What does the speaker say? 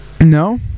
No